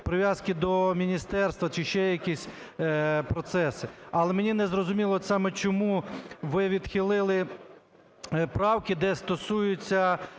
прив'язки до міністерства, чи ще якісь процеси. Але мені не зрозуміло саме, чому ви відхилили правки, де стосується,